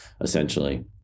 essentially